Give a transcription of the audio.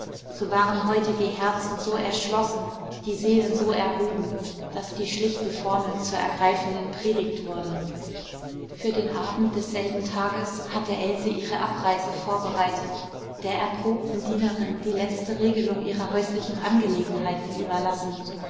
so waren heute die herzen so erschlossen die seelen so erhoben daß die schlichte formel zur ergreifenden predigt wurde für den abend desselben tages hatte else ihre abreise vorbereitet der erprobten dienerin die letzte regelung ihrer häuslichen angelegenheiten überlassend